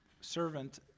servant